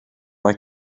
mae